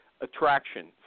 attraction